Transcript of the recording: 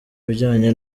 bijyanye